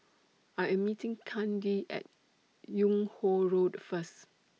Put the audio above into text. I Am meeting Kandy At Yung Ho Road First